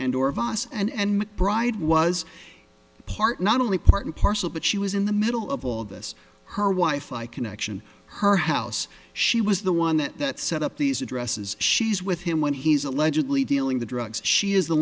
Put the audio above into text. and or vos and mcbride was part not only part and parcel but she was in the middle of all this her wife i connection her house she was the one that set up these addresses she's with him when he's allegedly dealing the drugs she is